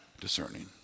discerning